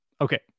Okay